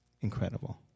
incredible